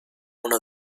uno